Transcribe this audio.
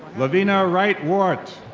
lavina wright woart.